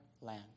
land